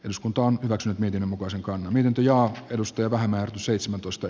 uskontoa hyväkseen niiden mukaan sekaan lintuja edusti vähemmän seitsemäntoista